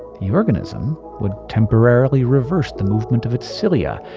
the organism would temporarily reverse the movement of its cilia,